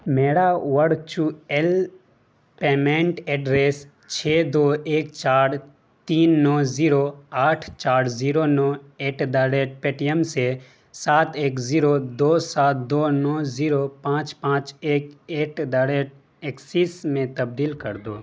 میرا virtual payment address چھ دو ایک چار تین نو زیرو آٹھ چار زیرو نو at the rate Paytm سے سات ایک زیرو دو سات دو نو زیرو پانچ پانچ ایک ایٹ دا ریٹ ایکسس میں تبدیل کر دو